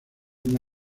una